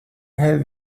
have